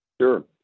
Sure